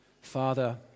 Father